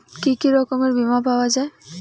কি কি রকমের বিমা পাওয়া য়ায়?